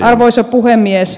arvoisa puhemies